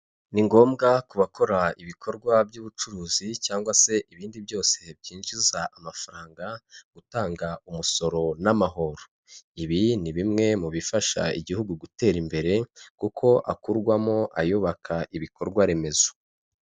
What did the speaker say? Ni ngombwa ku bakora ibikorwa by'ubucuruzi cyangwa se ibindi byose byinjiza amafaranga, gutanga umusoro n'amahoro, ibi ni bimwe mu bifasha igihugu gutera imbere, kuko hakurwamo ayubaka ibikorwa remezo.